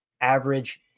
average